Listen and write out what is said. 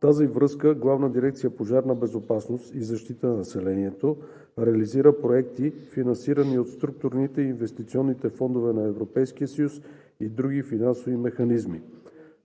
тази връзка Главна дирекция „Пожарна безопасност и защита на населението“ реализира проекти, финансирани от структурните и инвестиционните фондове на Европейския съюз и други финансови механизми.